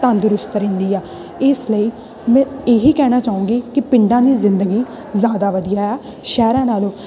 ਤੰਦਰੁਸਤ ਰਹਿੰਦੀ ਆ ਇਸ ਲਈ ਮੈਂ ਇਹੀ ਕਹਿਣਾ ਚਾਹੂੰਗੀ ਕਿ ਪਿੰਡਾਂ ਦੀ ਜ਼ਿੰਦਗੀ ਜ਼ਿਆਦਾ ਵਧੀਆ ਆ ਸ਼ਹਿਰਾਂ ਨਾਲੋਂ